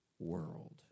World